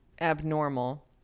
abnormal